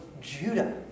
Judah